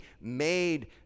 made